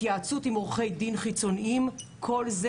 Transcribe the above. התייעצות עם עורכי דין חיצוניים כל זה